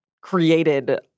created